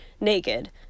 naked